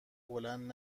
بلند